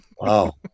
wow